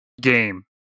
game